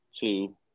two